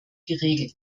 geregelt